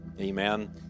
Amen